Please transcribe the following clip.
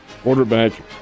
Quarterback